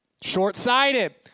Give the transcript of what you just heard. Short-sighted